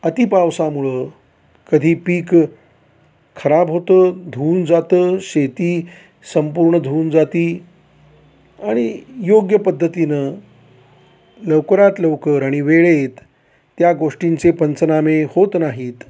अति पावसामुळं कधी पीक खराब होतं धुऊन जातं शेती संपूर्ण धुवून जाती आणि योग्य पद्धतीनं लवकरात लवकर आणि वेळेत त्या गोष्टींचे पंचनामे होत नाहीत